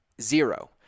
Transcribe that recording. zero